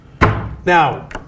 Now